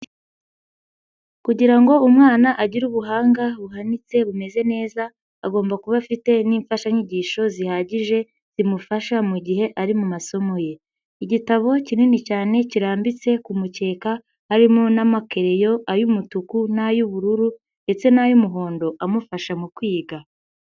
Kugira ngo umwana agire ubuhanga buhanitse bumeze neza agomba kuba afite n'imfashanyigisho zihagije zimufasha mu gihe ari mu masomo ye. Igitabo kinini cyane kirambitse ku mukeka harimo n'amakereyo ay'umutuku n'ay'ubururu ndetse n'ay'umuhondo amufasha mu kwiga.